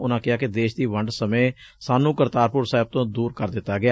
ਉਨਾਂ ਕਿਹਾ ਕਿ ਦੇਸ਼ ਦੀ ਵੰਡ ਸਮੇਂ ਸਾਨੁੰ ਕਰਤਾਰਪੁਰ ਸਾਹਿਬ ਤੋਂ ਦੁਰ ਕਰ ਦਿੱਤਾ ਗਿਆ